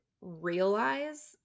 realize